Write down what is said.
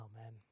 Amen